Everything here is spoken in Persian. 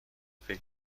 فکر